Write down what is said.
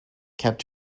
kept